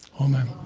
Amen